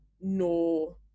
no